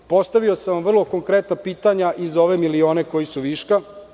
Postavio sam vam vrlo konkretna pitanja i za ove milione koji su viška.